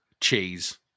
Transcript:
Cheese